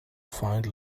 find